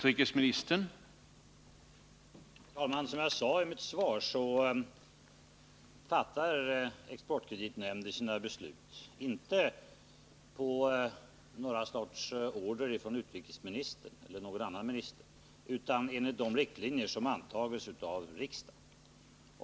Herr talman! Som jag sade i mitt svar, fattar Exportkreditnämnden sina beslut inte på order från utrikesministern eller någon annan minister utan enligt de riktlinjer som antagits av riksdagen.